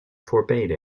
forbade